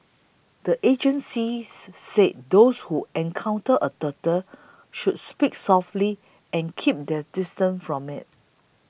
the agencies said those who encounter a turtle should speak softly and keep their distance from it